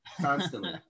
constantly